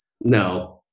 No